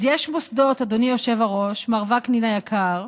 אז יש מוסדות, אדוני היושב-ראש מר וקנין היקר,